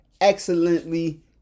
excellently